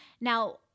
Now